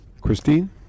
Christine